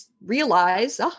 realize